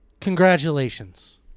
Congratulations